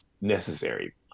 necessary